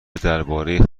درباره